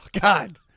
God